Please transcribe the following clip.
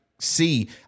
See